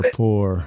poor